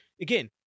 again